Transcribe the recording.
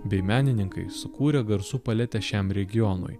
bei menininkai sukūrė garsų paletę šiam regionui